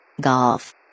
Golf